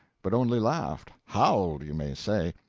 but only laughed howled, you may say.